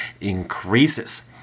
increases